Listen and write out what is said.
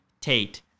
Tate